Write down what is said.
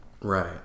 Right